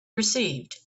perceived